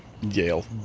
Yale